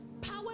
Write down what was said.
power